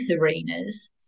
arenas